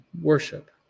worship